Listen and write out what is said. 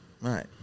right